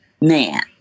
man